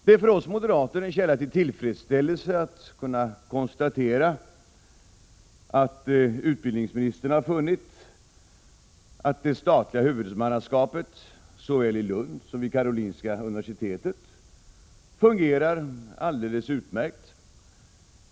Det är för oss moderater en källa till tillfredsställelse att kunna konstatera att utbildningsministern har funnit att det statliga huvudmannaskapet såväl i Lund som vid Karolinska institutet fungerar alldeles utmärkt.